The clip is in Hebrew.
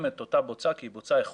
את אותה בוצה כי היא בוצה איכותית,